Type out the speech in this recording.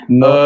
no